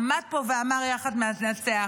עמד פה ואמר יחד ננצח.